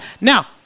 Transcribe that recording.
Now